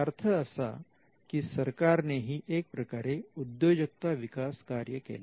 अर्थ असा की सरकारने ही एक प्रकारे उद्योजकता विकास कार्य केले